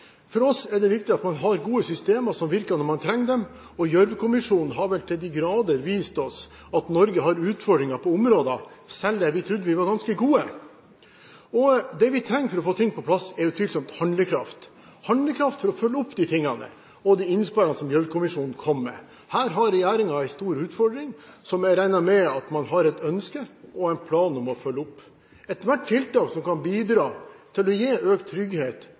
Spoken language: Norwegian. For oss er det viktig at man har gode systemer som virker når man trenger dem. Gjørv-kommisjonen har vel til de grader vist oss at Norge har utfordringer selv på områder der vi trodde vi var ganske gode. Det vi trenger for å få ting på plass, er utvilsomt handlekraft – handlekraft for å følge opp de tingene og de innspillene Gjørv-kommisjonen kom med. Her har regjeringen en stor utfordring som jeg regner med man har et ønske og en plan om å følge opp. Ethvert tiltak som kan bidra til å gi økt trygghet,